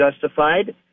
justified